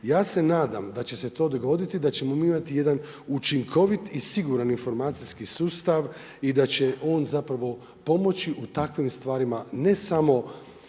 Ja se nadam da će se to dogoditi i da ćemo mi imati jedan učinkovit i siguran informacijski sustav i da će on zapravo pomoći u takvim stvarima, ne samo